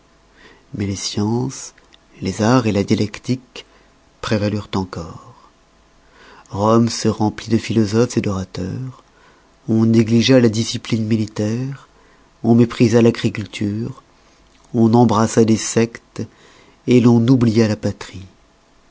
mais les sciences les arts la dialectique prévalurent encore rome se remplit de philosophes d'orateurs on négligea la discipline militaire on méprisa l'agriculture on embrassa des sectes et l'on oublia la patrie